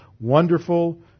Wonderful